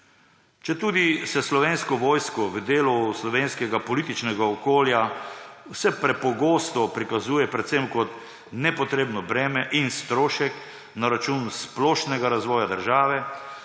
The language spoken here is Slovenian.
Četudi se Slovensko vojsko v delu slovenskega političnega okolja vse prepogosto prikazuje predvsem kot nepotrebno breme in strošek na račun splošnega razvoja države,